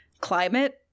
climate